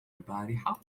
البارحة